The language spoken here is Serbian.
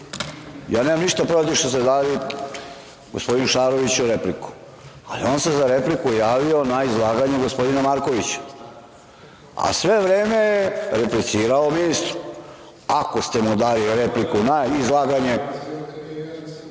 nemam ništa protiv što ste dali gospodinu Šaroviću repliku, ali on se za repliku javio na izlaganje gospodina Markovića, a sve vreme je replicirao ministru. Ako ste mu dali repliku na izlaganje